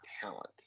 talent